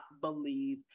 believe